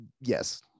yes